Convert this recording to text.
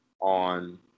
on